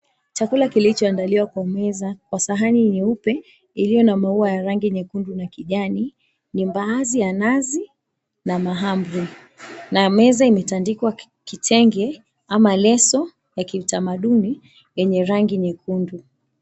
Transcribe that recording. Chakula kilichoandaliwa kwa meza kwa sahani nyeupe iliyo na mau ya rangi nyekundu na kijani ni mbaazi ya nazi na mahamri , na meza imetandikwa kitenge ama leso ya kitamaduni yenye rangi nyekundu.